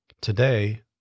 Today